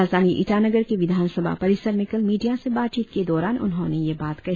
राजधानी ईटानगर के विधान सभा परिसर में कल मिडिया से बातचित के दौरान उन्होंने यह बात कही